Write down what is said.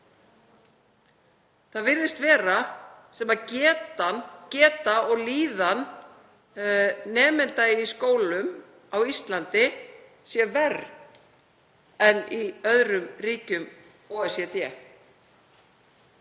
Það virðist vera sem geta og líðan nemenda í skólum á Íslandi sé verri en í öðrum ríkjum OECD.